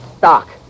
Doc